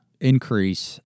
increase